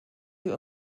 sie